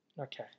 Okay